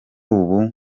ubu